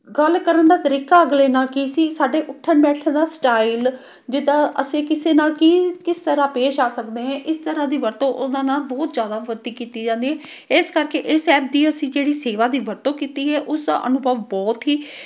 ਗੱਲ ਕਰਨ ਦਾ ਤਰੀਕਾ ਅਗਲੇ ਨਾਲ ਕੀ ਸੀ ਸਾਡੇ ਉੱਠਣ ਬੈਠਣ ਦਾ ਸਟਾਈਲ ਜਿੱਦਾਂ ਅਸੀਂ ਕਿਸੇ ਨਾਲ ਕੀ ਕਿਸ ਤਰ੍ਹਾਂ ਪੇਸ਼ ਆ ਸਕਦੇ ਹੈ ਇਸ ਤਰ੍ਹਾਂ ਦੀ ਵਰਤੋਂ ਉਹਨਾਂ ਨਾਲ ਬਹੁਤ ਜ਼ਿਆਦਾ ਕੀਤੀ ਜਾਂਦੀ ਇਸ ਕਰਕੇ ਇਸ ਐਪ ਦੀ ਅਸੀਂ ਜਿਹੜੀ ਸੇਵਾ ਦੀ ਵਰਤੋਂ ਕੀਤੀ ਹੈ ਉਸਦਾ ਅਨੁਭਵ ਬਹੁਤ ਹੀ